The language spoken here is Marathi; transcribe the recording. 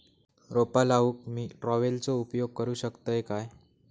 रोपा लाऊक मी ट्रावेलचो उपयोग करू शकतय काय?